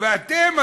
ואתם,